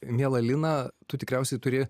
miela lina tu tikriausiai turi